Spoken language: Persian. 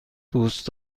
دوست